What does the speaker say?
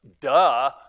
Duh